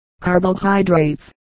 carbohydrates